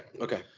Okay